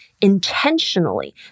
intentionally